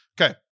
Okay